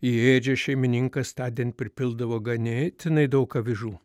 į ėdžias šeimininkas tądien pripildavo ganėtinai daug avižų